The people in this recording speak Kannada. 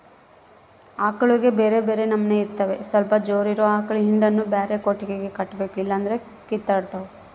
ಆಕಳುಗ ಬ್ಯೆರೆ ಬ್ಯೆರೆ ನಮನೆ ಇರ್ತವ ಸ್ವಲ್ಪ ಜೋರಿರೊ ಆಕಳ ಹಿಂಡನ್ನು ಬ್ಯಾರೆ ಕೊಟ್ಟಿಗೆಗ ಕಟ್ಟಬೇಕು ಇಲ್ಲಂದ್ರ ಕಿತ್ತಾಡ್ತಾವ